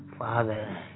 Father